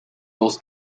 dos